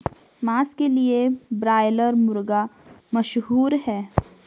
मांस के लिए ब्रायलर मुर्गा मशहूर है